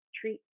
treat